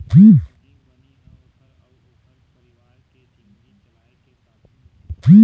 उहीं बनी ह ओखर अउ ओखर परिवार के जिनगी चलाए के साधन होथे